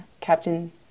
Captain